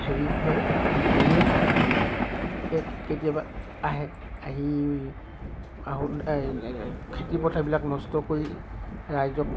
হেৰি হয় কিন্তু বনৰীয়া হাতীয়ে কতিয়াবা আহে আহি আহো খেতি পথাৰবিলাক নষ্ট কৰি ৰাইজক